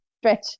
stretch